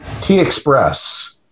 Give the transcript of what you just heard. T-Express